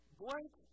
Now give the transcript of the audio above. blank